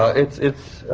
ah it's. it's.